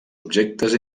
objectes